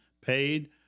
paid